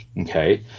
Okay